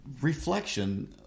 reflection